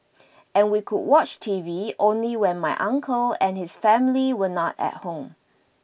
and we could watch TV only when my uncle and his family were not at home